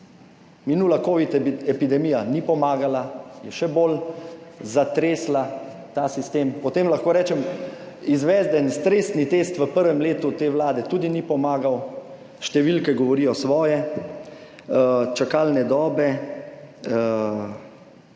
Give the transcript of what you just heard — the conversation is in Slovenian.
Minula covid epidemija ni pomagala, je še bolj zatresla ta sistem. Potem, lahko rečem, izvesti en stresni test v prvem letu te vlade tudi ni pomagal. Številke govorijo svoje. Čakalne dobe